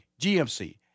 GMC